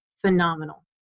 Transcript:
phenomenal